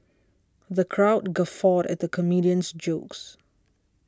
the crowd guffawed at the comedian's jokes